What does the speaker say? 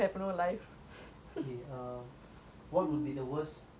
what would be the worst buy one get one free sale ever